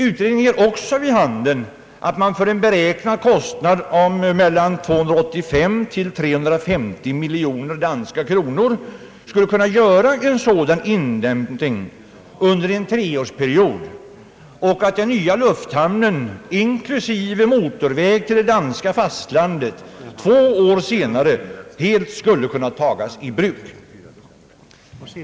Utredningen ger också vid handen att man för en beräknad kostnad av mellan 285 och 350 miljoner danska kronor skulle kunna göra en sådan indämning under en treårsperiod och att den nya lufthamnen inklusive motorväg till det danska fastlandet två år senare skulle helt kunna tagas i bruk.